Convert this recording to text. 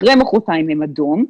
אחרי מחרתיים הם אדום.